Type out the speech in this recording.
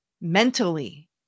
mentally